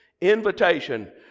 invitation